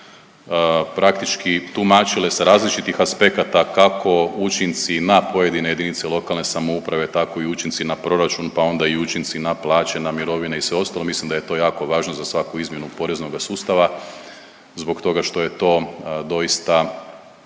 praktički tumačile sa različitih aspekata kako učinci na pojedine jedinice lokalne samouprave tako i učinci na proračun pa onda i učinci na plaće, mirovine i sve ostalo mislim da je to jako važno za svaku izmjenu poreznoga sustava zbog toga što je to doista